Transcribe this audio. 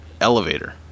elevator